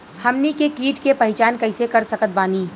हमनी के कीट के पहचान कइसे कर सकत बानी?